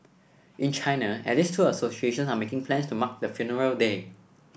in China at least two associations are making plans to mark the funeral day